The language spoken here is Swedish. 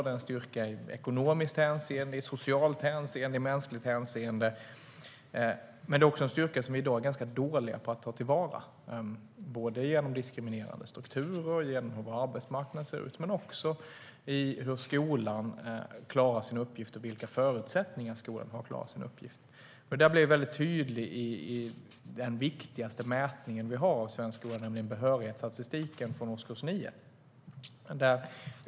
Det är en styrka i ekonomiskt, socialt och mänskligt hänseende, men det är också en styrka som vi är ganska dåliga på att ta till vara i dag, såväl på grund av diskriminerande strukturer och hur vår arbetsmarknad ser ut som på grund av hur skolan klarar sin uppgift och vilka förutsättningar den har att göra detta. Detta är väldigt tydligt i den viktigaste mätningen vi har i svensk skola, nämligen behörighetsstatistiken för årskurs 9.